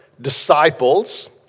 disciples